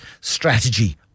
strategy